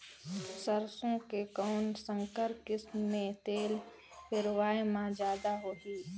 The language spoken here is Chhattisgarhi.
सरसो के कौन संकर किसम मे तेल पेरावाय म जादा होही?